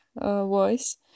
voice